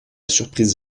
surprise